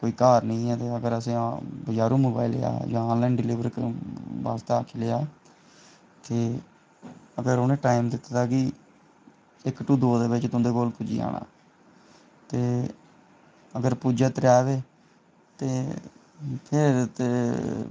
कोई घर निं ऐ ते अगर अस बजारा मंगाई लेआ दजा ऑनलाइन डिलिवरी आस्तै आक्खी ओड़ेआ ते अगर उ'नें टाईम दित्ते दा की इक टू दो बजे धोड़ी तुं'दे कोल पुज्जी जाना ते अगर पुज्जे त्रै बजे ते फिर ते